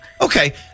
Okay